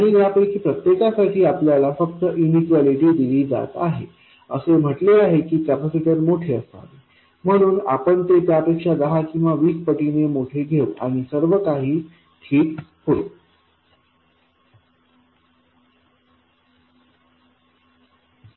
आणि या यापैकी प्रत्येकासाठी आपल्याला फक्त इनइक्वलिटी दिली जात आहे असे म्हटले आहे की कपॅसिटर मोठे असावे म्हणून आपण ते त्यापेक्षा दहा किंवा वीस पटीने मोठे घेऊ आणि सर्व काही ठीक होईल